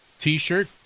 t-shirt